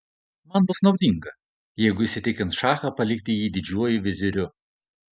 man bus naudinga jeigu jis įtikins šachą palikti jį didžiuoju viziriu